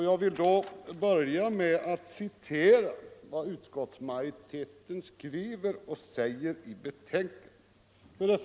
Jag vill då börja med att citera vad utskottsmajoriteten skriver i betänkandet.